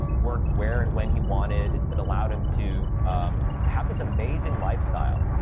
um work where and when he wanted. it allowed him to um have this amazing lifestyle.